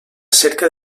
cerca